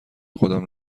خودم